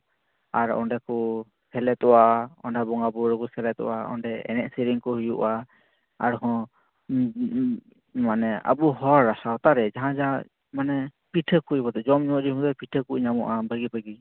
ᱟᱨ ᱚᱸᱰᱮ ᱠᱚ ᱥᱮᱞᱮᱫᱚᱜᱼᱟ ᱚᱱᱟ ᱵᱚᱸᱜᱟ ᱵᱩᱨᱩ ᱨᱮᱠᱚ ᱥᱮᱞᱮᱫᱚᱜᱼᱟ ᱚᱸᱰᱮ ᱮᱱᱮᱡ ᱥᱮᱨᱮᱧ ᱠᱚ ᱦᱩᱭᱩᱜᱼᱟ ᱟᱨᱦᱚᱸ ᱢᱟᱱᱮ ᱟᱵᱚ ᱦᱚᱲ ᱥᱟᱶᱛᱟᱨᱮ ᱡᱟᱦᱟᱸᱼᱡᱟᱦᱟᱸ ᱢᱟᱱᱮ ᱯᱤᱴᱷᱟᱹ ᱠᱚ ᱵᱟᱫᱮ ᱡᱚᱢᱼᱧᱩ ᱡᱮᱵᱷᱟᱵᱮ ᱯᱤᱴᱷᱟᱹ ᱠᱚ ᱧᱟᱢᱚᱜᱼᱟ ᱵᱷᱟᱜᱮᱼᱵᱷᱟᱜᱮ